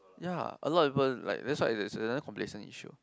ya a lot people that's why it's another complacent issue